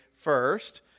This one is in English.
first